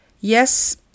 Yes